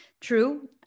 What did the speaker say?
true